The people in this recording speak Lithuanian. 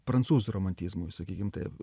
prancūzų romantizmui sakykim taip